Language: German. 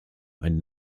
einen